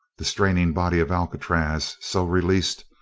the straining body of alcatraz, so released,